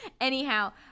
Anyhow